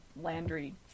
Landry